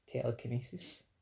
telekinesis